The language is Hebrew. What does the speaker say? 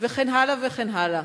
וכן הלאה וכן הלאה,